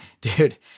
dude